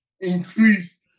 increased